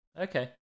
okay